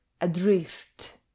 adrift